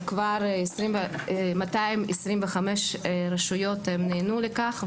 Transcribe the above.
וכבר 225 רשויות נענו לכך,